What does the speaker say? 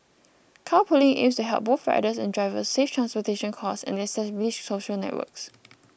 carpooling aims to help both riders and drivers save transportation costs and establish social networks